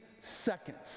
seconds